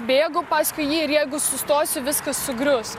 bėgu paskui jį ir jeigu sustosiu viskas sugrius